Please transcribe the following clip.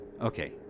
Okay